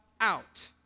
out